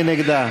מי נגדה?